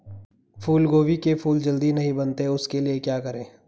फूलगोभी के फूल जल्दी नहीं बनते उसके लिए क्या करें?